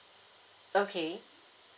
okay